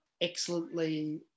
excellently